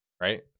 right